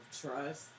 trust